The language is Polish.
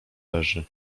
leży